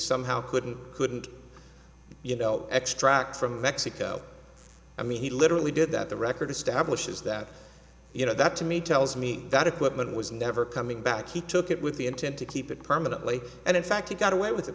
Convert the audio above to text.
somehow couldn't couldn't you know extract from mexico i mean he literally did that the record establishes that you know that to me tells me that equipment was never coming back he took it with the intent to keep it permanently and in fact he got away with it